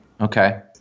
Okay